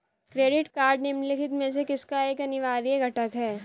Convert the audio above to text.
Credit card निम्नलिखित में से किसका एक अनिवार्य घटक है?